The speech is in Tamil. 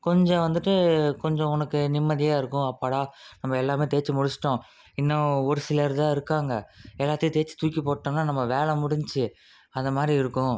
கொஞ்சம் வந்துட்டு கொஞ்சம் உனக்கு நிம்மதியாக இருக்கும் அப்பாடா நம்ப எல்லாமே தேய்ச்சி முடிச்சுட்டோம் இன்னும் ஒரு சிலர் தான் இருக்காங்க எல்லாத்தையும் தேய்ச்சி தூக்கி போட்டோம்னால் நம்ம வேலை முடிஞ்சிச்சு அந்த மாதிரி இருக்கும்